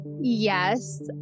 Yes